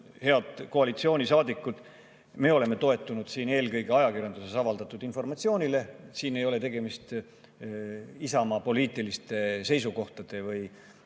head koalitsioonisaadikud, me oleme toetunud eelkõige ajakirjanduses avaldatud informatsioonile. Siin ei ole tegemist Isamaa poliitiliste või